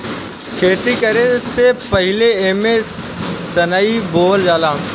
खेती करे से पहिले एमे सनइ बोअल जाला